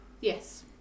Yes